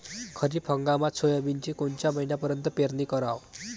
खरीप हंगामात सोयाबीनची कोनच्या महिन्यापर्यंत पेरनी कराव?